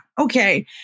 Okay